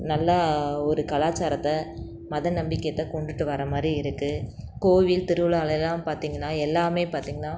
நல்லா ஒரு கலாச்சாரத்தை மத நம்பிக்கையத்தை கொண்டுட்டு வர மாதிரி இருக்குது கோவில் திருவிழாவில் எல்லாம் பார்த்தீங்கன்னா எல்லாமே பார்த்தீங்கன்னா